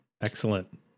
Excellent